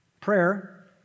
prayer